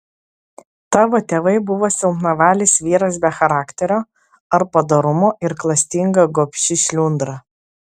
tavo tėvai buvo silpnavalis vyras be charakterio ar padorumo ir klastinga gobši šliundra